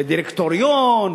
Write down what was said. ודירקטוריון,